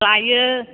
लायो